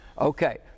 Okay